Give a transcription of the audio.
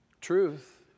Truth